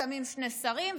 שמים שני שרים,